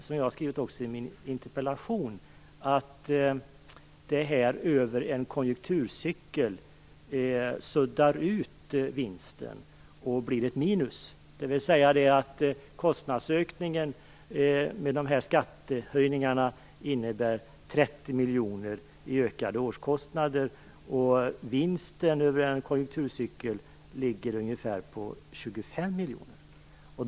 Som jag har skrivit i min interpellation suddas vinsten ut över en konjunkturcykel och blir ett minus, dvs. att skattehöjningarna innebär 30 miljoner i ökade årskostnader. Vinsten över en konjunkturcykel ligger på ungefär 25 miljoner.